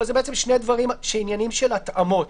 יש פה שני דברים שהם עניינים של התאמות.